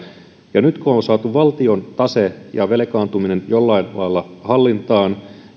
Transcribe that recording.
nyt kun on on saatu valtion tase ja velkaantuminen jollain lailla hallintaan